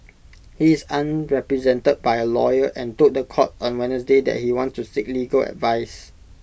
he is unrepresented by A lawyer and told The Court on Wednesday that he wants to seek legal advice